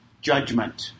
judgment